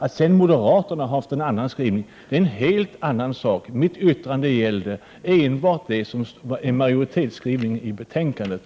Att moderaterna sedan har en annan skrivning är en helt annan sak. Mitt yttrande gällde enbart majoritetens skrivning i betänkandet.